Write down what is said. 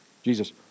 Jesus